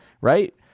right